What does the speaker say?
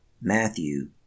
Matthew